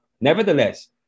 Nevertheless